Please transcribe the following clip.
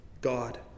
God